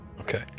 Okay